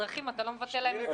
לאזרחים אתה לא מבטל אזרחות.